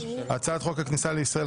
הצעת חוק הכניסה לישראל,